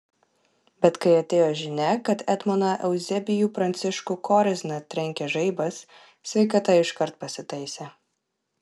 bet kai atėjo žinia kad etmoną euzebijų pranciškų korizną trenkė žaibas sveikata iškart pasitaisė